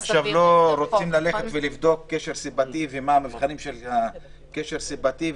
רוצים להתחיל לבדוק עכשיו קשר סיבתי ואת המבחנים של קשר סיבתי,